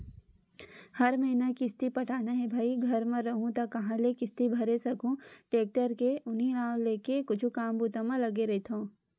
हर महिना किस्ती पटाना हे भई घर म रइहूँ त काँहा ले किस्ती भरे सकहूं टेक्टर के उहीं नांव लेके कुछु काम बूता म लगे रहिथव